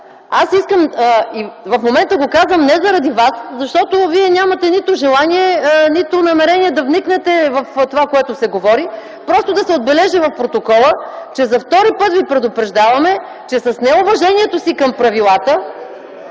Аз искам, и в момента го казвам не заради вас, защото вие нямате нито желание, нито намерение да вникнете в това, което се говори, а просто да се отбележи в протокола, че за втори път ви предупреждаваме, че с неуважението си към правилата